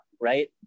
Right